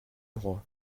droit